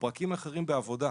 הפרקים האחרים בעבודה.